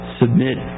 submit